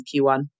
Q1